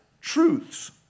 truths